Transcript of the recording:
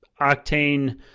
octane